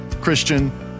Christian